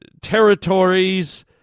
territories